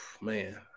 man